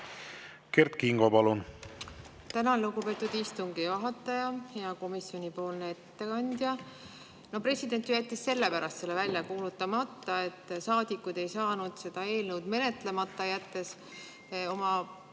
Kert Kingo, palun!